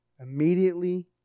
Immediately